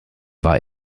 war